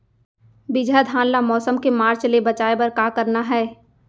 बिजहा धान ला मौसम के मार्च ले बचाए बर का करना है?